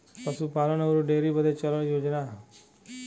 पसूपालन अउर डेअरी बदे चलल योजना हौ